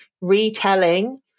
retelling